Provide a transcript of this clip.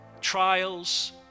trials